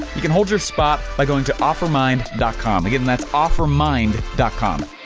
you can hold your spot by going to offermind com. again that's offermind com.